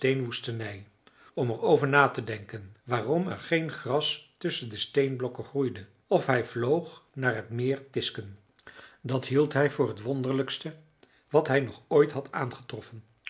steenwoestenij om er over na te denken waarom er geen gras tusschen de steenblokken groeide of hij vloog naar het meer tisken dat hield hij voor het wonderlijkste wat hij nog ooit had aangetroffen